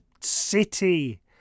city